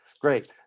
Great